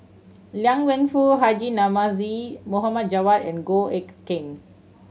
Liang Wenfu Haji Namazie Mohd Javad and Goh Eck Kheng